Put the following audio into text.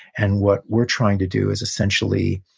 and what we're trying to do is essentially,